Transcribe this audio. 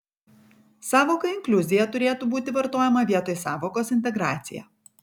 sąvoka inkliuzija turėtų būti vartojama vietoj sąvokos integracija